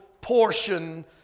portion